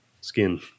skin